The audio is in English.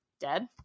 dead